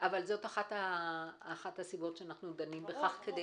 אבל זו אחת הסיבות שאנו דנים בכך, כדי